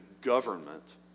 government